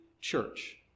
church